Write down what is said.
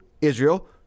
Israel